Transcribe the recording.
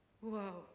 Whoa